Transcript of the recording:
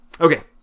Okay